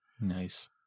Nice